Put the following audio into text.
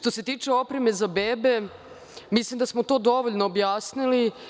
Kada se radi o opremi za bebe, mislim da smo to dovoljno objasnili.